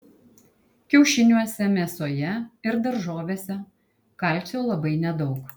kiaušiniuose mėsoje ir daržovėse kalcio labai nedaug